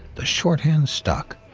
the shorthand stuck.